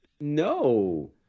No